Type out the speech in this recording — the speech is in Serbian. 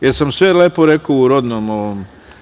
Jesam li sve lepo rekao u rodnom ovom